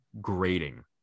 Grading